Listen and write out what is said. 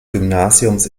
gymnasiums